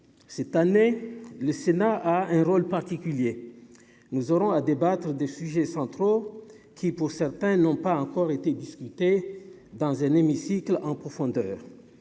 cette année, le Sénat a un rôle particulier, nous aurons à débattre des sujets centraux qui pour certains n'ont pas encore été discutés dans un hémicycle en profondeur,